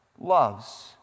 loves